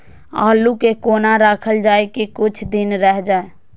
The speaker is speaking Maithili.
आलू के कोना राखल जाय की कुछ दिन रह जाय?